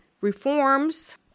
reforms